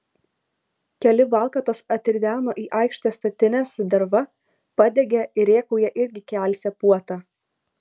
keli valkatos atrideno į aikštę statines su derva padegė ir rėkauja irgi kelsią puotą